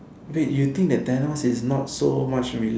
wait you think that Thanos is not so much reason